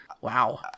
Wow